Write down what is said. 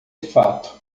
fato